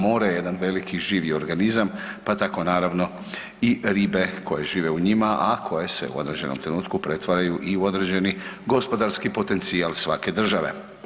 More je jedan veliki, živi organizam, pa tako naravno i ribe koje žive u njima, a koje se u određenom trenutku pretvaraju i u određeni gospodarski potencijal svake države.